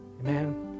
Amen